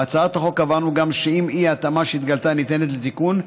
בהצעת החוק קבענו גם שאם האי-התאמה שהתגלתה ניתנת לתיקון,